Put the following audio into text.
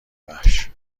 وحش